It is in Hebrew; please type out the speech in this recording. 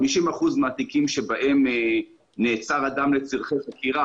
50 אחוזים מהתיקים בהם נעצר אדם לצורכי חקירה,